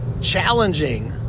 challenging